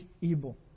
evil